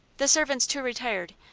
the servants, too, retired,